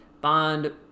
Bond